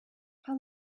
how